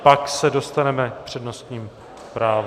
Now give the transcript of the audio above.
Pak se dostaneme k přednostnímu právu.